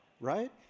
Right